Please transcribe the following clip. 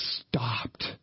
stopped